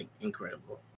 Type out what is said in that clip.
incredible